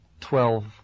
twelve